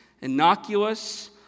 innocuous